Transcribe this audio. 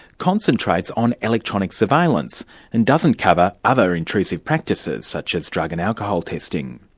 concentrates on electronic surveillance and doesn't cover other intrusive practices such as drug and alcohol testing.